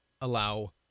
allow